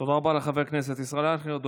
תודה רבה לחבר הכנסת ישראל אייכלר.